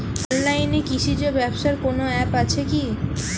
অনলাইনে কৃষিজ ব্যবসার কোন আ্যপ আছে কি?